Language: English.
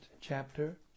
chapter